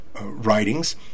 writings